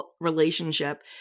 relationship